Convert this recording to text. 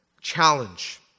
challenge